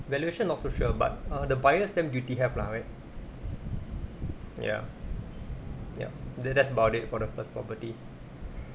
valuation not so sure but err the buyer's stamp duty have lah right ya ya that's about it for the first property